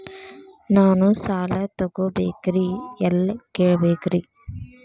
ನಾನು ಸಾಲ ತೊಗೋಬೇಕ್ರಿ ಎಲ್ಲ ಕೇಳಬೇಕ್ರಿ?